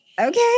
okay